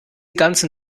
ganzen